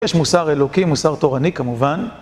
יש מוסר אלוקי, מוסר תורני כמובן.